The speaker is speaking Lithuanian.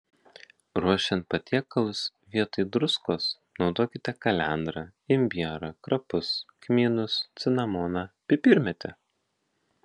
ruošiant patiekalus vietoj druskos naudokite kalendrą imbierą krapus kmynus cinamoną pipirmėtę